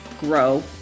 grow